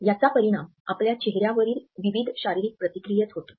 याचा परिणाम आपल्या चेहर्यावरील विविध शारीरिक प्रतिक्रियेत होतो